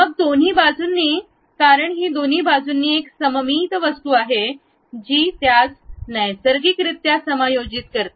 मग दोन्ही बाजूंनी कारण ही दोन्ही बाजूंनी एक सीमॅट्रिक ऑब्जेक्ट आहे जी त्यास नैसर्गिकरित्या समायोजित करते